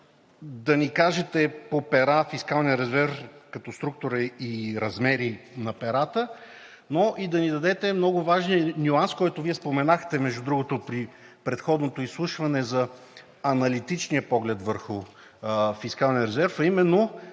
да ни кажете по пера фискалният резерв като структура и размери на перата, но и да ни дадете много важния нюанс, който Вие споменахте, между другото, при предходното изслушване за аналитичния поглед върху фискалния резерв, а именно